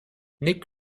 nick